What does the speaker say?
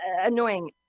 annoying